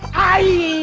i